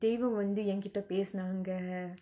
தெய்வோ வந்து எங்கிட்ட பேசுனாங்க:theivo vanthu engkitta pesunanga